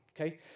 Okay